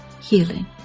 healing